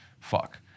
Fuck